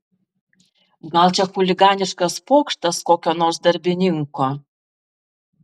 gal čia chuliganiškas pokštas kokio nors darbininko